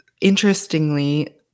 Interestingly